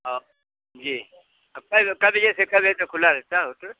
हाँ जी त फिर कितने बजे से कितने बजे खुला रहता है होटल